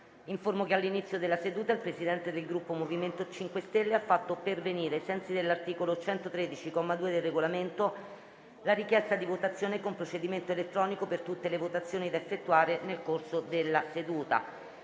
che all'inizio della seduta il Presidente del Gruppo MoVimento 5 Stelle ha fatto pervenire, ai sensi dell'articolo 113, comma 2, del Regolamento, la richiesta di votazione con procedimento elettronico per tutte le votazioni da effettuare nel corso della seduta.